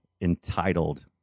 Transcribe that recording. entitled